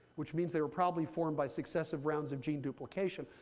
which means they were probably formed by successive rounds of gene duplication.